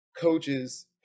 coaches